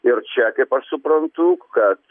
ir čia kaip aš suprantu kad